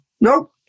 nope